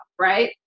right